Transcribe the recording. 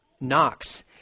Knox